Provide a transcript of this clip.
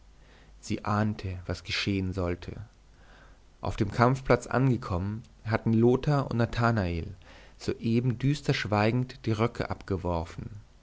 sie ahnte was geschehen sollte auf dem kampfplatz angekommen hatten lothar und nathanael soeben düsterschweigend die röcke abgeworfen